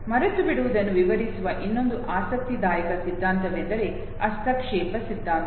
ಮರೆತುಬಿಡುವುದನ್ನು ವಿವರಿಸುವ ಇನ್ನೊಂದು ಆಸಕ್ತಿದಾಯಕ ಸಿದ್ಧಾಂತವೆಂದರೆ ಹಸ್ತಕ್ಷೇಪ ಸಿದ್ಧಾಂತ